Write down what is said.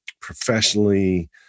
professionally